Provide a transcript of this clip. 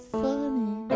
funny